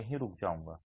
मैं यहीं रुक जाऊंगा